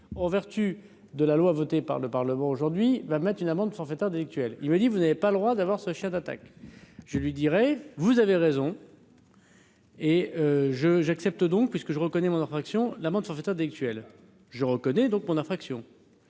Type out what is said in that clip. en vertu de la loi votée par le Parlement aujourd'hui va mettre une amende forfaitaire délictuelle, il me dit : vous n'avez pas le droit d'avoir ce chien d'attaque, je lui dirai : vous avez raison. Et je j'accepte donc puisque je reconnais moi ma réaction : l'amende forfaitaire délictuelle je reconnais donc moins d'infraction.